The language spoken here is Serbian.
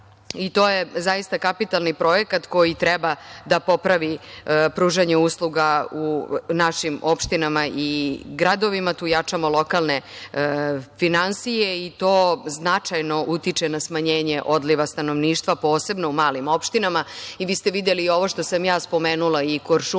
i to je zaista kapitalni projekat koji treba da popravi pružanje usluga u našim opštinama i gradovima. Tu jačamo lokalne finansije, i to značajno utiče na smanjenje odliva stanovništva, posebno u malim opštinama i vi ste videli ovo što sam ja spomenula, i Kuršumlija